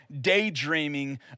daydreaming